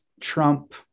Trump